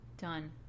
Done